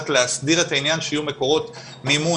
תמ"א ברמה מפורטת באגן הירקון והאיילון,